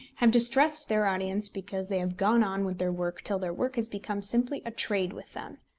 have distressed their audience because they have gone on with their work till their work has become simply a trade with them.